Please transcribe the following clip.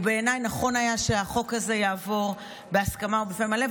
בעיניי נכון היה שהחוק הזה יעבור בהסכמה ובפה מלא,